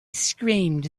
screamed